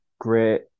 great